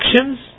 actions